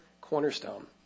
cornerstone